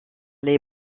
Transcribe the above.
les